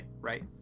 right